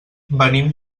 venim